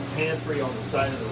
pantry on the side